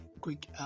quick